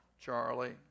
Charlie